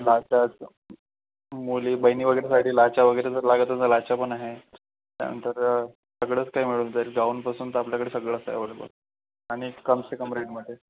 लाछा मुली बहिणी वगैरेसाठी लाछा वगैरे जर लागत असेल तर लाछा पण आहे त्यानंतर सगळंच काही मिळून जाईल गाऊनपासून तर आपल्याकडं सगळंच आहे अवेलेबल आणि कम से कम रेटमध्ये